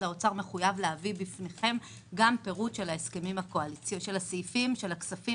האוצר מחויב להביא בפניכם גם פירוט של סעיפי הכספים